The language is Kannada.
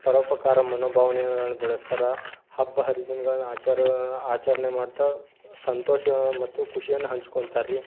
ಪರೋಪಕಾರ ಮನೋಭಾವನೆಗಳ್ನ ಬೆಳೆಸ್ತಾರೆ ಹಬ್ಬ ಹರಿದಿನಗಳ್ನ ಆಚಾರ ಆಚರಣೆ ಮಾಡ್ತಾ ಸಂತೋಷ ಮತ್ತು ಖುಷಿಯನ್ನು ಹಂಚ್ಕೋತಾರ್ರೀ